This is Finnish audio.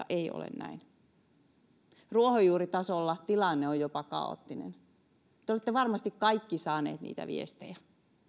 ei ole näin ruohonjuuritasolla tilanne on jopa kaoottinen te olette varmasti kaikki saaneet niitä viestejä